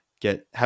get